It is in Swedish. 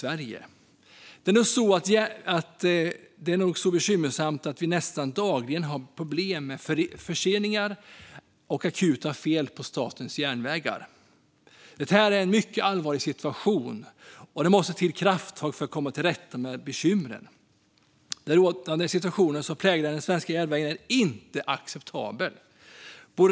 Där är det nog så bekymmersamt att vi nästan dagligen har problem med förseningar och akuta fel. Det är en mycket allvarlig situation, och det måste tas krafttag för att komma till rätta med bekymren. Rådande situation är inte acceptabel.